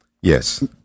Yes